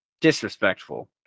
disrespectful